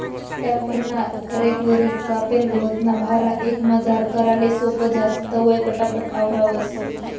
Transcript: tractor ना रेकवरी कापेल गवतना भारा एकमजार कराले सोपं जास, तवंय पटापट आवरावंस